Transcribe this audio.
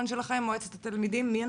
מועצת התלמידים, בבקשה.